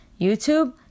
YouTube